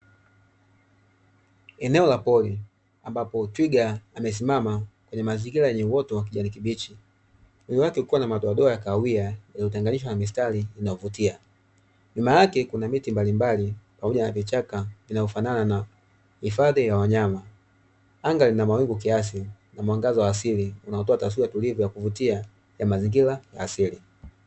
Eneo la pori ambao tigwa amesimama kwenye mazingira yenye uoto wa kijani kibichi mwili wake ukiwa na madoadoa ya kahawia iliyotenganishwa na mistari inayovutia, nyuma yake kuna miti mbalimbali pamoja na vichaka inayofanana na hifadhi ya wanyama, anga lina mawingu kiasi na mwangaza asili unatoa taswira tulivu ya kuvutia ya mazingira asili.